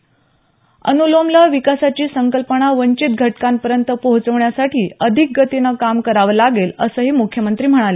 अनुलोमला विकासाची संकल्पना वंचित घटकांपर्यंत पोहोचविण्यासाठी अधिक गतीनं काम करावं लागेल असंही मुख्यमंत्री म्हणाले